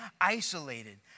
isolated